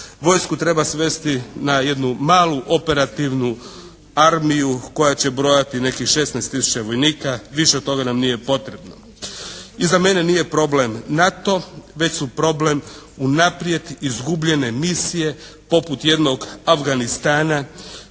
Vojsku treba svesti na jednu malu operativnu armiju koja će brojati nekih 16 tisuća vojnika. Više od toga nam nije potrebno. I za mene nije problem NATO već su problem unaprijed izgubljene misije poput jednog Afganistana